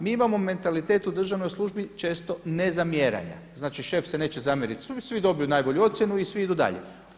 Mi imamo mentalitet u državnoj službi često nezamjeranja, znači šef se neće zamjeriti, svi dobiju najbolju ocjenu i svi idu dalje.